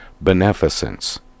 Beneficence